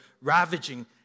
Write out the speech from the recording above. ravaging